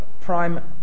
prime